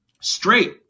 Straight